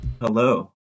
Hello